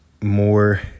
more